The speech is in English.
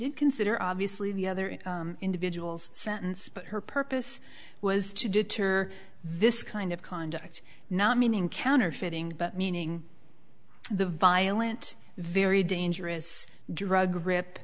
did consider obviously the other individuals sentence but her purpose was to deter this kind of conduct not meaning counterfeiting but meaning the violent very dangerous drug rip